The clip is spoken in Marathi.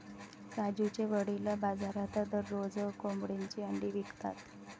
राजूचे वडील बाजारात दररोज कोंबडीची अंडी विकतात